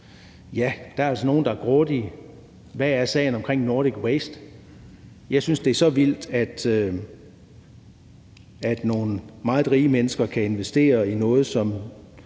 Ja, der er altså nogen, der er grådige. Hvad er sagen omkring Nordic Waste? Jeg synes, det er så vildt, at nogle meget rige mennesker kan investere i noget, som